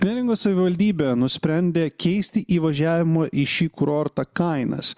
neringos savivaldybė nusprendė keisti įvažiavimo į šį kurortą kainas